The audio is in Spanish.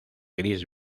gris